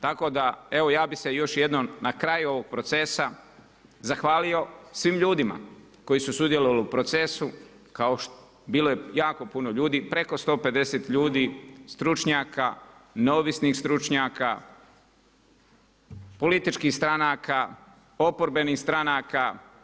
Tako da evo ja bi se još jednom na kraju ovog procesa zahvalio svim ljudima koji su sudjelovali u procesu, bilo je jako puno ljudi, preko 150 ljudi, stručnjaka, neovisnih stručnjaka, političkih stranaka, oporbenih stranaka.